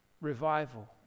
revival